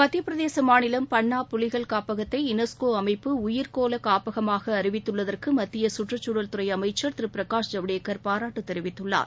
மத்தியப் பிரதேச மாநிலம் பன்னா புலிகள் காப்பகத்தை யுனஸ்கோ அமைப்பு உயிர்க் கோள காப்பகமாக அறிவித்துள்ளதற்கு மத்திய கற்றுச் சூழல் துறை அமைச்சர் திரு பிரகாஷ் ஜவடேகர் பாராட்டுத் தெரிவித்துள்ளார்